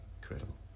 incredible